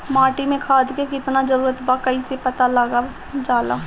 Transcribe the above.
माटी मे खाद के कितना जरूरत बा कइसे पता लगावल जाला?